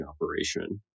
operation